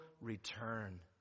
return